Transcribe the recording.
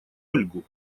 ольгу